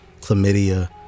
chlamydia